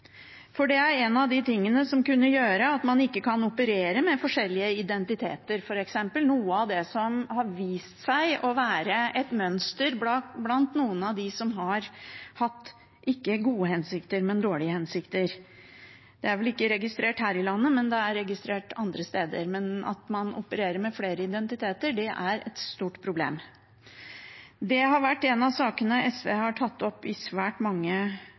for det er en av de tingene som kan gjøre at man ikke kan operere med forskjellige identiteter, f.eks., noe som har vist seg å være et mønster blant noen av dem som ikke har hatt gode hensikter, men dårlige hensikter. Det er vel ikke registrert her i landet, men det er registrert andre steder at man opererer med flere identiteter. Det er et stort problem. Det har vært en av sakene SV har tatt opp i svært mange